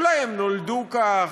אולי הם נולדו כך,